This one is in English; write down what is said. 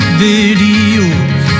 videos